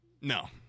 No